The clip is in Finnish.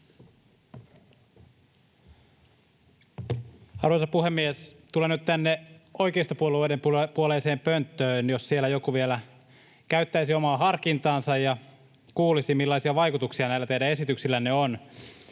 Arvoisa puhemies! Tulen nyt tänne oikeistopuolueiden puoleiseen pönttöön, jos siellä joku vielä käyttäisi omaa harkintaansa, kun kuulisi, millaisia vaikutuksia näillä teidän esityksillänne on.